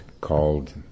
called